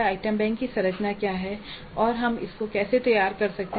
item bank की सरंचना क्या है और हम इसको कैसे तैयार कर सकते है